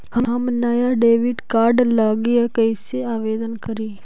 हम नया debit card लागी कईसे आवेदन करी?